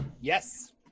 Yes